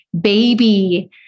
baby